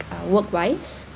work wise